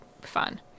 fun